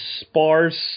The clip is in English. sparse